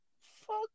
Fuck